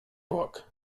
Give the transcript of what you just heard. book